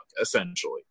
essentially